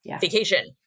vacation